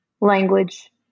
Language